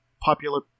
popular